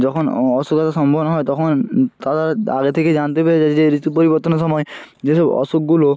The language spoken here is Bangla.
যখন অ অসুখ আসার সম্ভাবনা হয় তখন তারা আগে থেকে জানতে পেরে যায় যে ঋতু পরিবর্তনের সময় যেসব অসুখগুলো